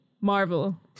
Marvel